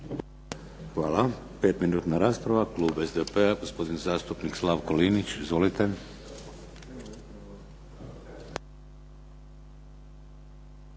Hvala. Pet minutna rasprava. Klub SDP-a gospodin zastupnk Slavko Linić. Izvolite.